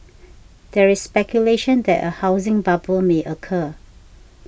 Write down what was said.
there is speculation that a housing bubble may occur